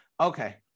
Okay